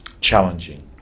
Challenging